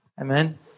Amen